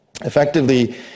effectively